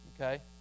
Okay